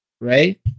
Right